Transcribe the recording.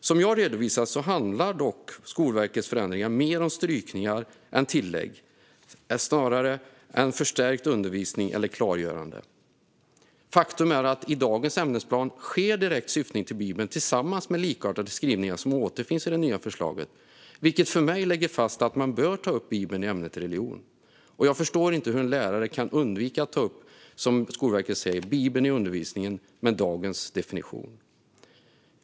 Som jag redovisat handlar dock Skolverkets förändringar mer om strykningar än tillägg, förstärkt undervisning eller klargörande. Faktum är att i dagens ämnesplan sker direkt syftning till Bibeln tillsammans med likartade skrivningar som återfinns i det nya förslaget, vilket för mig lägger fast att man bör ta upp Bibeln i ämnet religion. Jag förstår inte hur en lärare kan undvika att ta upp, som Skolverket säger, Bibeln i undervisningen med dagens gällande definition.